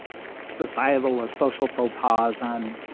societal or social faux pause on